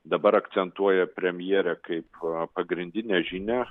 dabar akcentuoja premjerė kaip pagrindinę žinią